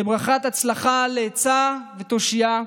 לברכת הצלחה, לעצה ותושייה.